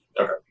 Okay